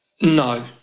No